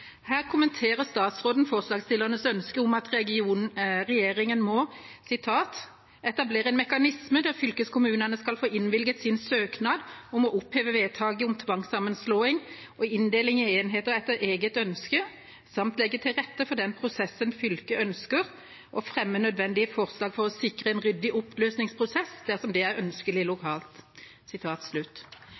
Her kommenterer statsråden forslagsstillernes ønske om at regjeringen må «etablere mekanismer der fylkeskommunen skal få innvilget sin søknad om å oppheve vedtak om tvangssammenslåing og inndeling i enheter etter eget ønske», samt «legge til rette for den prosessen fylket ønsker, og fremme de nødvendige forslag for å sikre en ryddig oppløsningsprosess dersom det er ønskelig lokalt».